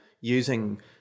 using